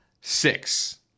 six